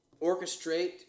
orchestrate